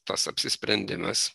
tas apsisprendimas